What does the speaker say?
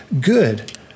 good